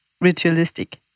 ritualistic